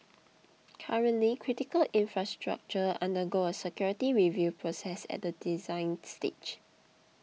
currently critical infrastructure undergo a security review process at the design stage